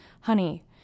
honey